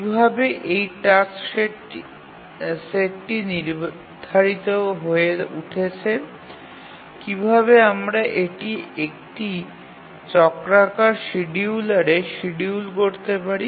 কিভাবে এই টাস্ক সেটটি নির্ধারিত হয়ে উঠছে কীভাবে আমরা এটি একটি চক্রাকার শিডিয়ুলারে শিডিয়ুল করতে পারি